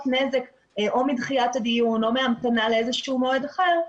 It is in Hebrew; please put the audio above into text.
נזק או מדחיית הדיון או מהמתנה לאיזשהו מועד אחר,